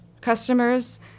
customers